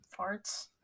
farts